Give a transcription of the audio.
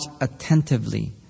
attentively